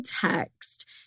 text